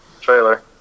trailer